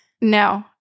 No